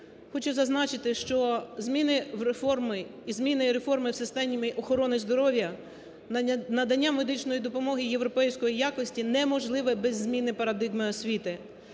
Хочу зазначити, що зміни і реформи у системі охорони здоров'я, надання медичної допомоги європейської якості неможливе без зміни парадигми освіти.